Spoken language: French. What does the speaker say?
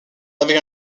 avec